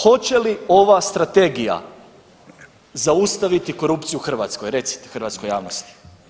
Hoće li ova Strategija zaustaviti korupciju u Hrvatskoj, recite hrvatskoj javnosti.